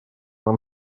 нам